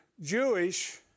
Jewish